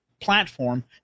Platform